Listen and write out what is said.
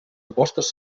apostes